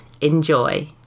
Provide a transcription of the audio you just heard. Enjoy